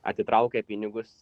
atitraukia pinigus